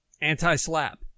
anti-slap